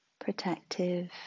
protective